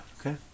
Okay